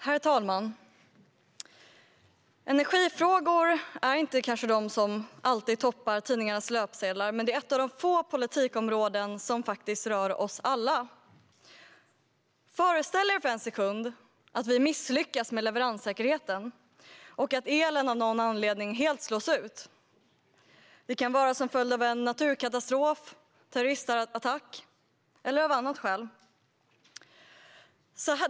Herr talman! Energifrågor är kanske inte de som alltid toppar tidningarnas löpsedlar, men det är ett av de få politikområden som rör oss alla. Föreställ er för en sekund att vi misslyckas med leveranssäkerheten och att elen av någon anledning helt slås ut. Det kan vara som följd av en naturkatastrof, terroristattack eller av annat skäl.